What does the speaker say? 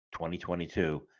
2022